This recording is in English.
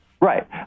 Right